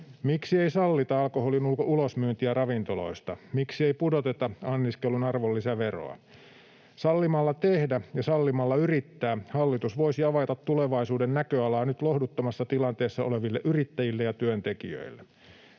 Miksi ei sallita alkoholin ulosmyyntiä ravintoloista? Miksi ei pudoteta anniskelun arvonlisäveroa? Sallimalla tehdä ja sallimalla yrittää hallitus voisi avata tulevaisuuden näköalaa nyt lohduttomassa tilanteessa oleville yrittäjille ja työntekijöille.